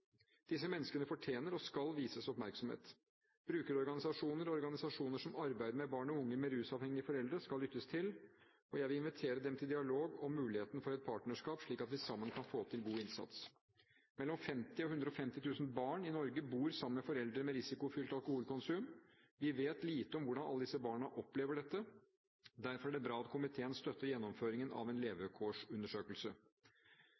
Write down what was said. Disse menneskene fortjener og skal vises oppmerksomhet. Brukerorganisasjoner og organisasjoner som arbeider med barn og unge med rusavhengige foreldre, skal lyttes til, og jeg vil invitere dem til dialog om muligheten for et partnerskap, slik at vi sammen kan få til en god innsats. Mellom 50 000 og 150 000 barn i Norge bor sammen med foreldre med risikofylt alkoholkonsum. Vi vet lite om hvordan alle disse barna opplever dette. Derfor er det bra at komiteen støtter gjennomføringen av en